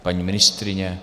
Paní ministryně?